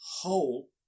whole